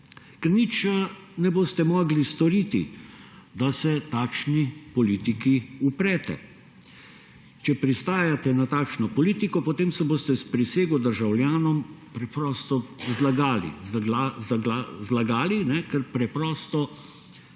nič ne boste mogli storiti, da se takšni politiki uprete. Če pristajate na takšno politiko, potem se boste s prisego državljanom preprosto zlagali, zlagali,